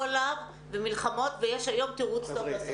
עליו במלחמות ויש היום תירוץ טוב לעשות.